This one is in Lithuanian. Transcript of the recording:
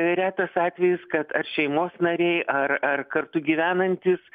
retas atvejis kad ar šeimos nariai ar ar kartu gyvenantys